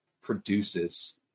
produces